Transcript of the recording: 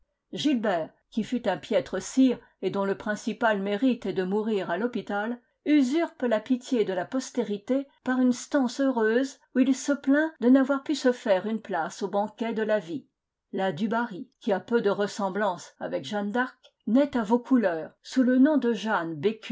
gilbert qui fut un piètre sire et dont le principal mérite est de mourir à l'hôpital usurpe la pitié de la postérité par une stance heureuse où il se plaint de n'avoir pu se faire une place au banquet de la vie la dubarry qui a peu de ressemblance avec jeanne d'arc naît à vaucouleurs sous le nom de jeanne